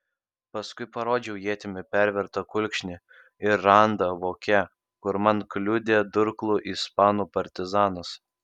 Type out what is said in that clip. paskui parodžiau ietimi pervertą kulkšnį ir randą voke kur man kliudė durklu ispanų partizanas